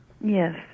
Yes